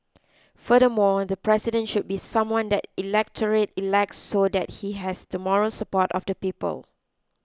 furthermore the president should be someone that the electorate elects so that he has the moral support of the people